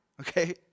okay